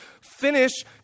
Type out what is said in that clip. finish